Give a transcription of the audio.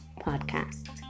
Podcast